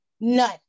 None